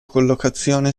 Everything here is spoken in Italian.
collocazione